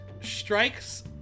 strikes